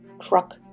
truck